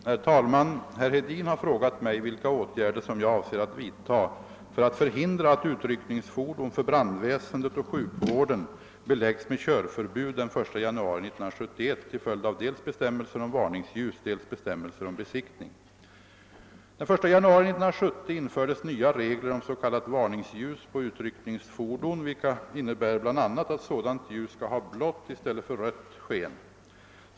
Herr talman! Herr Hedin har frågat mig vilka åtgärder som jag avser att vidta för att förhindra att utryckningsfordon för brandväsendet och sjukvården beläggs med körförbud den 1 januari 1971 till följd av dels bestämmelser om varningsljus, dels bestämmelser om besiktning. Den 1 januari 1970 infördes nya regler om s.k. varningsljus på utryckningsfordon, vilka innebär bl.a. att sådant ljus 'skall ha blått i stället för rött sken.